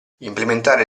implementare